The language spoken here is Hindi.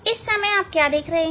इस समय आप क्या देख रहे हैं